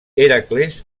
hèracles